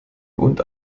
und